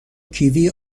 کیوی